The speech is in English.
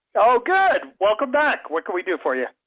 oh good. welcome back. what can we do for you?